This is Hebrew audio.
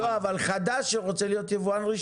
אבל חדש שרוצה להיות יבואן רשמי.